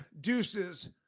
Deuces